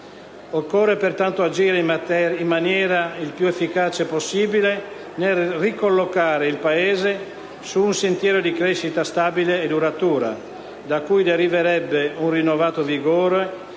Occorre pertanto agire in maniera il più efficace possibile nel ricollocare il Paese su un sentiero di crescita stabile e duratura, da cui deriverebbe un rinnovato vigore